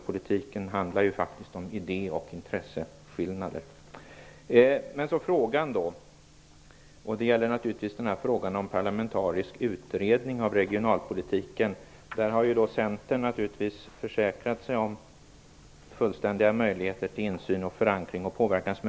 Politiken handlar faktiskt om idé och intresseskillnader. Då kommer jag till frågan, och den gäller naturligtvis en parlamentarisk utredning om regionalpolitiken. Centern har naturligtvis försäkrat sig om fullständiga möjligheter till insyn, förankring och påverkan.